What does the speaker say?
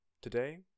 Today